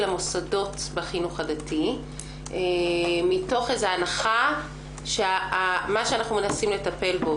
המוסדות בחינוך הדתי מתוך הנחה שמה שאנחנו מנסים לטפל בו,